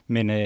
Men